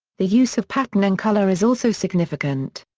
the use of pattern and colour is also significant.